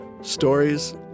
Stories